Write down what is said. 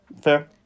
Fair